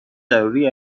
ضروری